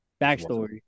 backstory